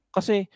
Kasi